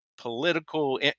political